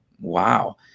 wow